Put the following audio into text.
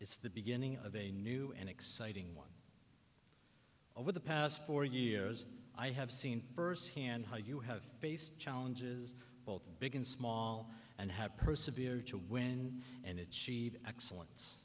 it's the beginning of a new and exciting one over the past four years i have seen firsthand how you have faced challenges both big and small and have persevered to win and if she excellence